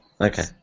Okay